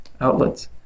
outlets